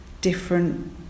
different